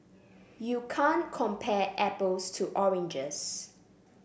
you can't compare apples to oranges